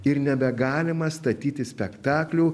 ir nebegalima statyti spektaklių